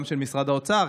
גם של משרד האוצר,